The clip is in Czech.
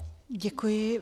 Děkuji.